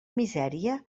misèria